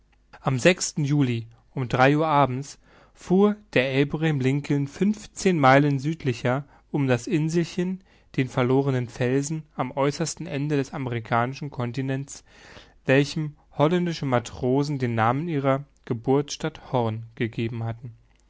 am juli um drei uhr abends fuhr der abraham lincoln fünfzehn meilen südlicher um das inselchen den verlorenen felsen am äußersten ende des amerikanischen continents welchem holländische matrosen den namen ihrer geburtsstadt horn gegeben hatten